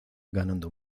ganando